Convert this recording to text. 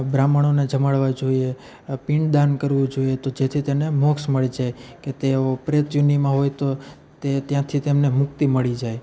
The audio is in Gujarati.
બ્રાહ્મણોને જમાડવા જોઈએ પિંડદાન કરવું જોઈએ તો જેથી તેમને મોક્ષ મળે છે કે તેઓ પ્રેત યોનિમાં હોય તો તે તેમને મુક્તિ મળી જાય